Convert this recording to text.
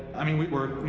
i mean, we work, you